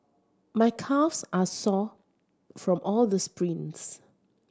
my calves are sore from all the sprints